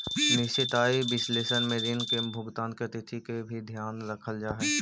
निश्चित आय विश्लेषण में ऋण के भुगतान के तिथि के भी ध्यान रखल जा हई